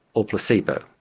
or placebo.